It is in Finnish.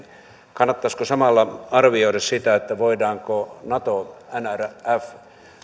kannattaisiko samalla arvioida sitä voidaanko hyödyntää naton nrf